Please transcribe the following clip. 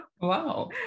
Wow